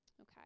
Okay